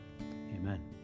Amen